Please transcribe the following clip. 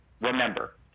remember